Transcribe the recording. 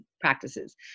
practices